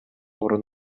орун